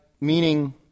meaning